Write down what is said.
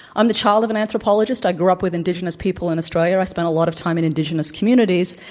i'm the child of an anthropologist. i grew up with indigenous people in australia. i spent a lot of time in indigenous communities,